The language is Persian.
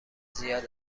زیاد